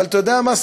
אבל אתה יודע מה,